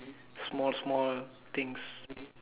small small things